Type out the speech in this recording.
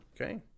Okay